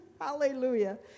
Hallelujah